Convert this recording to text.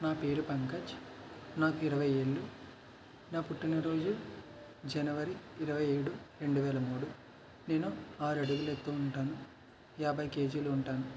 నా పేరు పంకజ్ నాకు ఇరువై ఏళ్ళు నా పుట్టినరోజు జనవరి ఇరవై ఏడు రెండు వేల మూడు నేను ఆరడుగుల ఎత్తు ఉంటాను యాభై కేజీలు ఉంటాను